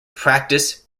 practice